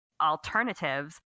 alternatives